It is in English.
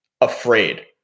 afraid